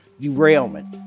derailment